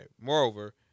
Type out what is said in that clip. moreover